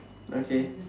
okay